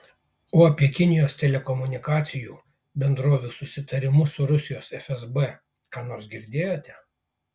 o apie kinijos telekomunikacijų bendrovių susitarimus su rusijos fsb ką nors girdėjote